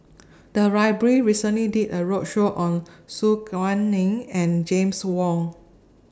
The Library recently did A roadshow on Su Guaning and James Wong